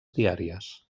diàries